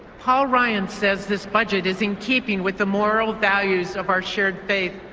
paul ryan says this budget is in keeping with the moral values of our shared faith.